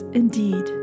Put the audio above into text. indeed